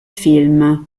film